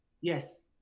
Yes